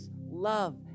love